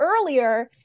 earlier